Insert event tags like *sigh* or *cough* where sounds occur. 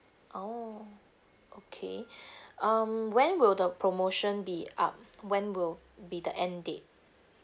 oh okay *breath* um when will the promotion be up when will be the end date